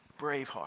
Braveheart